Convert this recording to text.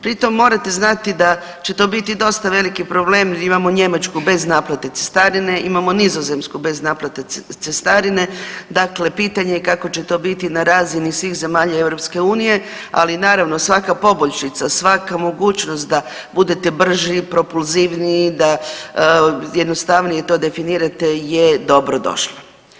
Pritom morate znati da će to biti dosta veliki problem jer imamo Njemačku bez naplate cestarine, imamo Nizozemsku bez naplate cestarine, dakle pitanje kako će to biti na razini svih zemalja EU, ali naravno, svaka poboljšica, svaka mogućnost da budete brži, propulzivniji, da jednostavnije to definirate je dobrodošlo.